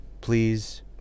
please